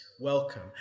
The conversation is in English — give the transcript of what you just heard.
welcome